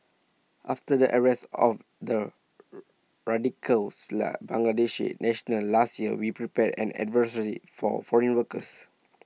after the arrest of the Bangladeshi nationals last year we prepared an advisory for foreign workers